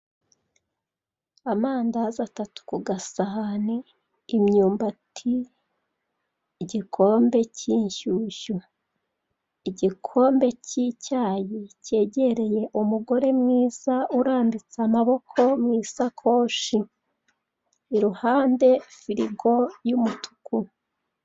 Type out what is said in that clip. Amandazi atatu ku gasahani, imyumbati, igikombe k'inshyushyu, igokombe k'icyayi kegereye umugore mwiza urambitse amaboko mu isakoshi, iruhande firigo y'umutuku.